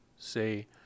Say